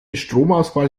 stromausfall